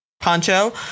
poncho